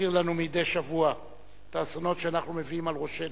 שמזכיר לנו מדי שבוע את האסונות שאנחנו מביאים על ראשנו.